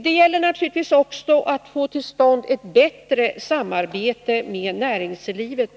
Det gäller naturligtvis också att få till stånd ett bättre samarbete med näringslivet.